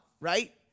right